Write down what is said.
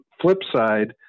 Flipside